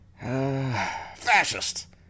Fascist